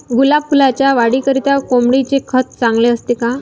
गुलाब फुलाच्या वाढीकरिता कोंबडीचे खत चांगले असते का?